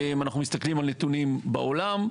אנחנו מסתכלים על נתונים בעולם,